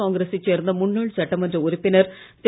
காங்கிரசை சேர்ந்த முன்னாள் சட்டமன்ற உறுப்பினர் திரு